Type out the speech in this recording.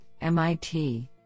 MIT